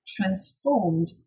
transformed